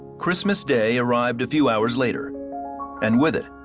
christmas day arrived a few hours later and with it,